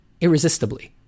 irresistibly